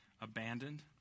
Abandoned